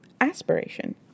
Aspiration